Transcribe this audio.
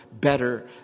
better